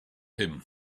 him